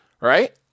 Right